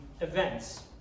Events